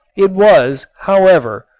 it was, however,